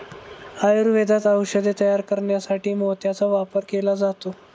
आयुर्वेदात औषधे तयार करण्यासाठी मोत्याचा वापर केला जातो